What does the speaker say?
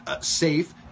safe